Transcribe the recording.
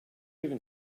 even